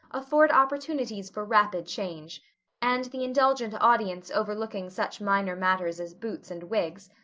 afford opportunities for rapid change and the indulgent audience overlooking such minor matters as boots and wigs,